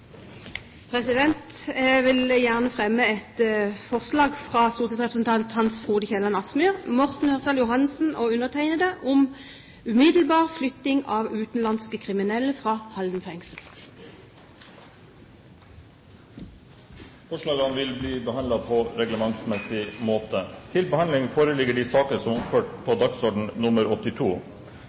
Jeg vil gjerne fremme et forslag fra stortingsrepresentantene Hans Frode Kielland Asmyhr, Morten Ørsal Johansen og meg selv om umiddelbar flytting av utenlandske kriminelle fra Halden fengsel. Forslagene vil bli behandlet på reglementsmessig måte.